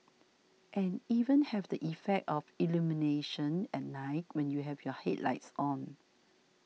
and even have the effect of illumination at night when you have your headlights on